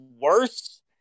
worse